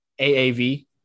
AAV